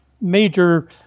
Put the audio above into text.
major